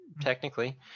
Technically